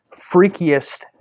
freakiest